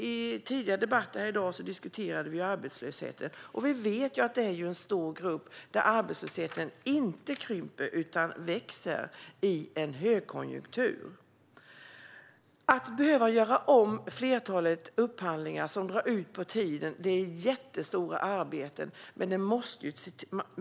I tidigare debatter i dag diskuterade vi arbetslösheten. Vi vet att det finns en stor grupp där arbetslösheten inte krymper utan växer - i en högkonjunktur. Att behöva göra om ett flertal upphandlingar som drar ut på tiden innebär ett jättestort arbete.